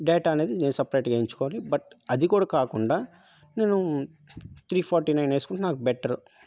data అనేది సపరేట్గా వేయించుకోవాలి బట్ అది కూడా కాకుండా నేను త్రీ ఫార్టీ నైన్ వేసుకుంటే నాకు బెటర్